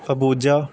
Abuja